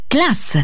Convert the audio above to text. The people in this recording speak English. Class